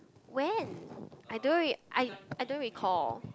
when I don't re~ I I don't recall